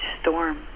storm